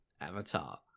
Avatar